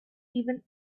even